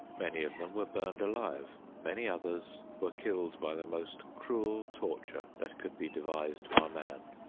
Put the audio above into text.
many of them were burned alive, many others were killed by the most cruel torture that could be devised by man.